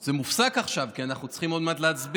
זה מופסק עכשיו, כי אנחנו צריכים עוד מעט להצביע,